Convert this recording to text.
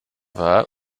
war